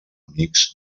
amics